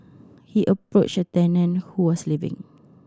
he approached a tenant who was leaving